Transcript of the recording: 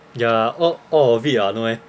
ya all all of it [what] no meh